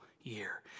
year